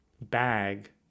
bag